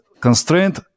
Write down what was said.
constraint